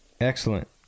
Excellent